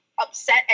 upset